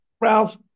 Ralph